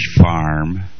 farm